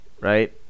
right